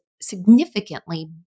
significantly